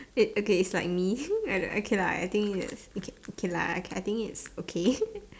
it okay its like me okay lah I think its okay lah I think its okay